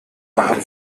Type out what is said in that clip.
machen